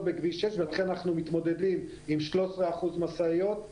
בכביש 6 ולכן אנחנו מתמודדים עם 13% משאיות,